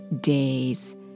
day's